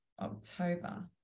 October